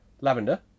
Lavender